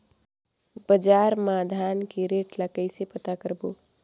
बजार मा धान के रेट ला कइसे पता करबो?